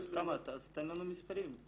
אז תן לנו מספרים.